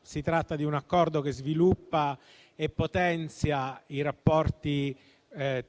Si tratta di un Accordo che sviluppa e potenzia i rapporti